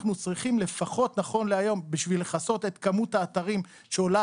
אנחנו צריכים לפחות נכון להיום בשביל לכסות את כמות האתרים שעולה